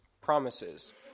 promises